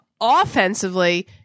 offensively